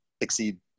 exceed